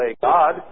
God